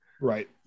Right